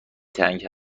تنگ